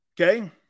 Okay